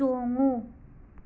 ꯆꯣꯡꯉꯨ